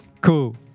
cool